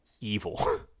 evil